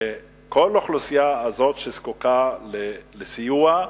שתביא לסיוע לכל האוכלוסייה שזקוקה לסיוע,